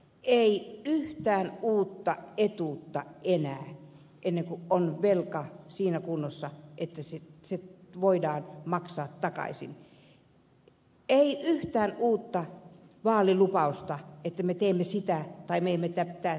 ei yhtään uutta etuutta enää ennen kuin on velanhoito siinä kunnossa että se velka voidaan maksaa takaisin ei yhtään uutta vaalilupausta että me teemme sitä tai me teemme tätä